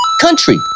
country